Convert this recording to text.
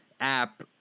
app